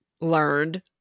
learned